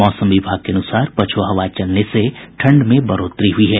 मौसम विभाग के अनुसार पछुआ हवा चलने से ठंड में बढ़ोतरी हुई है